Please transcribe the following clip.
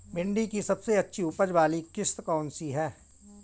भिंडी की सबसे अच्छी उपज वाली किश्त कौन सी है?